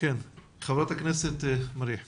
מריח בבקשה.